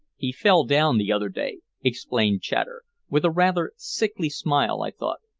he fell down the other day, explained chater, with a rather sickly smile, i thought.